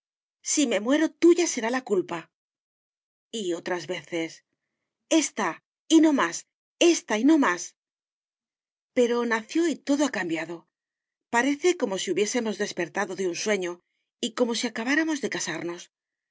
si me muero tuya será la culpa y otras veces ésta y no más ésta y no más pero nació y todo ha cambiado parece como si hubiésemos despertado de un sueño y como si acabáramos de casarnos